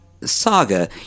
saga